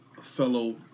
fellow